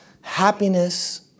Happiness